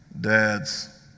Dads